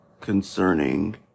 concerning